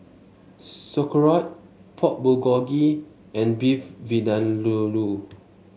Sauerkraut Pork Bulgogi and Beef Vindaloo